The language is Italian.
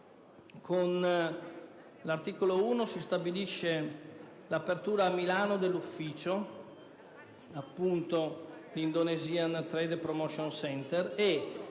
Con l'articolo 1 si stabilisce l'apertura a Milano dell'ufficio *Indonesian Trade Promotion Center*